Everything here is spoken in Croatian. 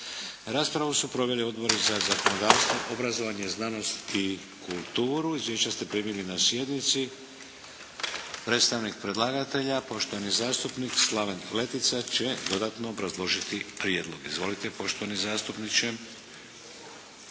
Raspravu su proveli odbori za zakonodavstvo, obrazovanje, znanost i kulturu. Izvješća ste primili na sjednici. Predstavnik predlagatelja poštovani zastupnik Slaven Letica će dodatno obrazložiti prijedlog. Izvolite, poštovani zastupniče.